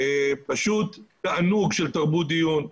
פשוט תענוג של תרבות דיון,